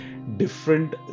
different